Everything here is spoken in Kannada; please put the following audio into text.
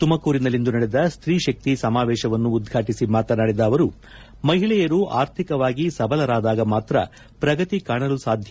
ತುಮಕೂರಿನಲ್ಲಿಂದು ನಡೆದ ಸ್ತ್ರೀಶಕ್ತಿ ಸಮಾವೇಶವನ್ನು ಉದ್ಘಾಟಿಸಿ ಮಾತನಾಡಿದ ಅವರು ಮಹಿಳೆಯರು ಆರ್ಥಿಕವಾಗಿ ಸಬಲರಾದಾಗ ಮಾತ್ರ ಪ್ರಗತಿ ಕಾಣಲು ಸಾಧ್ಯ